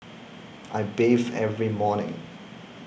I bathe every morning